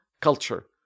culture